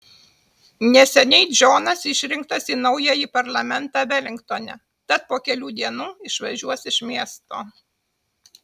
neseniai džonas išrinktas į naująjį parlamentą velingtone tad po kelių dienų išvažiuos iš miesto